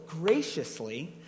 graciously